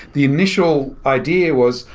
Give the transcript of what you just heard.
the initial idea was,